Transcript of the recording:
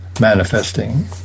manifesting